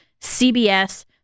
CBS